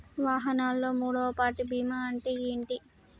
వాహనాల్లో మూడవ పార్టీ బీమా అంటే ఏంటి?